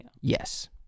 Yes